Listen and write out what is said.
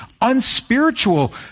unspiritual